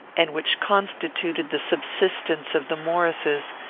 and which constituted the subsistence of the maurices,